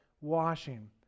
washing